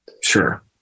Sure